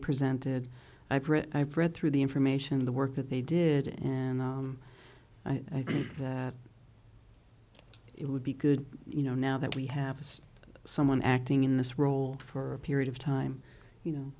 presented i've written i've read through the information of the work that they did and i think that it would be good you know now that we have as someone acting in this role for a period of time you know